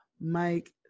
Mike